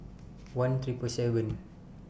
one Triple seven